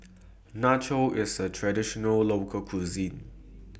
Nachos IS A Traditional Local Cuisine